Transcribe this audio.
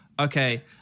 Okay